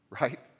right